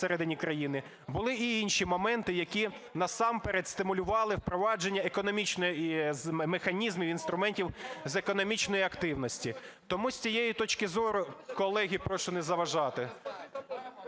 були і інші моменти, які насамперед стимулювали впровадження механізмів, інструментів з економічної активності. Тому з цієї точки зору, колеги, прошу не заважати.